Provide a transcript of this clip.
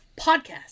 Podcast